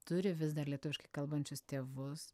turi vis dar lietuviškai kalbančius tėvus